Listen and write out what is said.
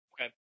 Okay